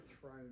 throne